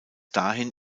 dahin